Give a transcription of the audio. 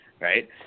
Right